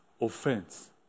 offense